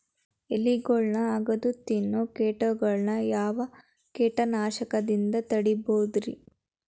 ಎಲಿಗೊಳ್ನ ಅಗದು ತಿನ್ನೋ ಕೇಟಗೊಳ್ನ ಯಾವ ಕೇಟನಾಶಕದಿಂದ ತಡಿಬೋದ್ ರಿ?